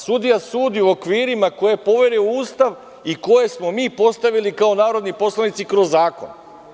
Sudija sudi u okvirima koje je poverio Ustav i koje smo mi postavili kao narodni poslanici kroz zakon.